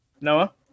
Noah